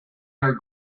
are